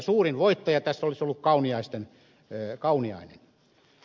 suurin voittaja tässä olisi ollut kauniainen